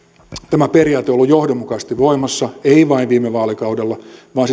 tämä periaate on ollut johdonmukaisesti voimassa ei vain viime vaalikaudella vaan